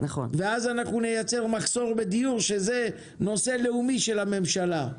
ואז נייצר מחסור בדיור - נושא לאומי של הממשלה.